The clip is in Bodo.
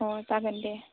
अ जागोन दे